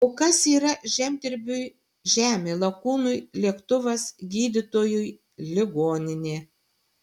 o kas yra žemdirbiui žemė lakūnui lėktuvas gydytojui ligoninė